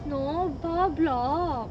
no bawah block